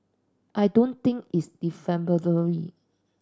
I don't think it's defamatory